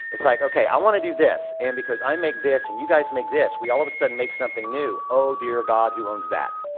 it's like ok i wanna do this and because i make this and you guys make this we all of a sudden make something new. oh dear god, who owns that?